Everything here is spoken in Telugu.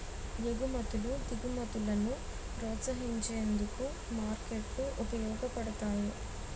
ఎగుమతులు దిగుమతులను ప్రోత్సహించేందుకు మార్కెట్లు ఉపయోగపడతాయి